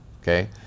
okay